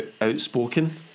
outspoken